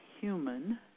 human